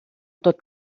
tot